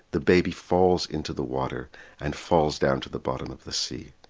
the baby falls into the water and falls down to the bottom of the sea,